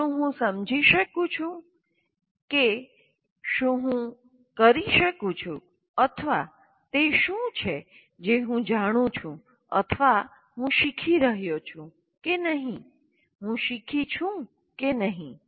શું હું સમજી શકું છું કે હું શું કરી શકું છું અથવા તે શું છે જે હું જાણું છું અથવા હું શીખી રહ્યો છું કે નહીં હું શીખી છું કે નહીં